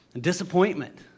Disappointment